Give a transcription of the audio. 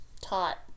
taught